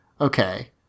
Okay